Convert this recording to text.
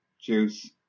Juice